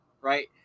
right